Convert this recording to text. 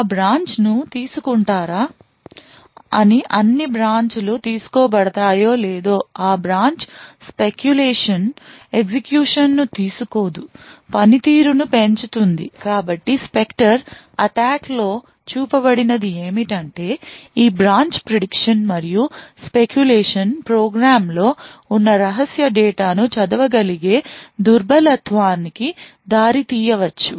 ఆ బ్రాంచ్ను తీసుకుంటారా అని అన్ని బ్రాంచ్ లు తీసుకోబడతాయో లేదో ఆ బ్రాంచ్ స్పెక్యులేషన్ ఎగ్జిక్యూషన్ను తీసుకోదు పనితీరును పెంచుతుంది కాబట్టి స్పెక్టర్ అటాక్ లో చూపబడినది ఏమిటంటే ఈ బ్రాంచ్ ప్రిడిక్షన్ మరియు స్పెక్యులేషన్ ప్రోగ్రామ్లో ఉన్న రహస్య డేటాను చదవగలిగే దుర్బలత్వాని కి దారితీయవచ్చు